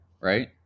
right